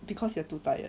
because you are too tired